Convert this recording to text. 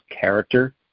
character